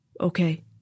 Okay